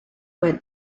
were